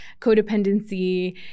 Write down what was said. codependency